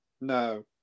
No